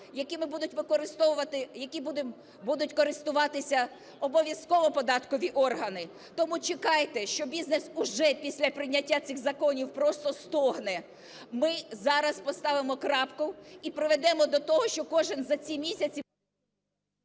якими будуть користуватися обов'язково податкові органи. Тому чекайте, що бізнес уже після прийняття цих законів просто стогне. Ми зараз поставимо крапку і приведемо до того, що кожен за ці місяці…